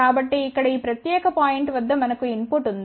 కాబట్టి ఇక్కడ ఈ ప్రత్యేక పాయింట్ వద్ద మనకు ఇన్ పుట్ ఉంది